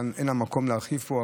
אין המקום כאן להרחיב בו,